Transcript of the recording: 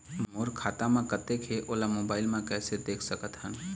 मोर खाता म कतेक हे ओला मोबाइल म कइसे देख सकत हन?